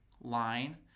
line